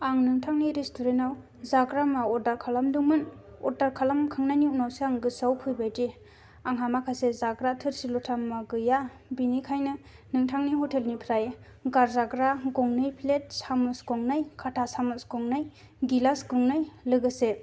आं नोंथांनि रेस्टुरेन्टआव जाग्रा मुवा अर्डार खालामदों मोन अर्डार खालाम खांनायनि उनावसो आं गोसोआव फैबायदि आंहा माखासे जाग्रा थोरसि लथा मुवा गैया बिनिखायनो नोंथांनि ह'टेलनिफ्राय गारजाग्रा गंनै प्लेट सामुस गंनै काटा सामुस गंनै गिलास गंनै लोगोसे